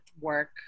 work